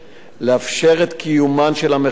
לאפשר את קיומן של המחאות